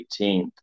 18th